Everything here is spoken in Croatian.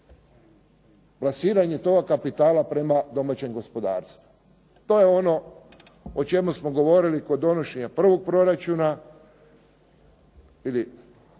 plasiranje toga kapitala prema domaćem gospodarstvu. To je ono o čemu smo govorili kod donošenja prvog proračuna ili